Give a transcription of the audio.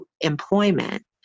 employment